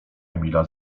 emila